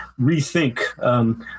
Rethink